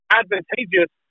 advantageous